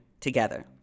together